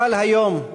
אבל היום,